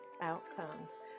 outcomes